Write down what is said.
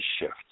shift